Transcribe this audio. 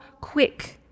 quick